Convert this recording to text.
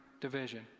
division